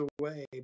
away